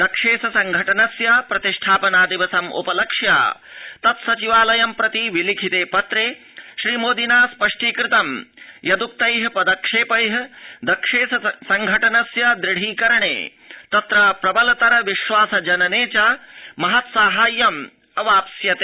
दक्षेस संघटनस्य प्रतिष्ठापना दिवसम् उपलक्ष्य तत्सचिवालयं प्रति विलिखिते पत्रे श्रीमोदिना स्पष्टीकृतं यद्क्तै पदक्षेपै दक्षेस संघटनस्य दृढीकरणे तत्र प्रबलतर विश्वास जनने च महत् साहाय्यम् अवाप्स्यते